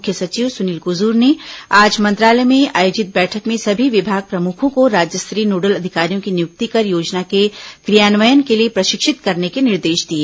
मुख्य सचिव सुनील कुजूर ने आज मंत्रालय में आयोजित बैठक में सभी विभाग प्रमुखों को राज्य स्तरीय नोडल अधिकारियों की नियुक्ति कर योजना के क्रियान्वयन के लिए प्रशिक्षित करने के निर्देश दिए